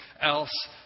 else